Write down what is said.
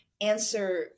answer